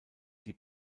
die